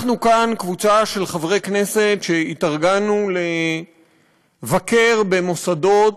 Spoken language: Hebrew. אנחנו כאן קבוצה של חברי כנסת שהתארגנו לבקר במוסדות